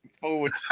forward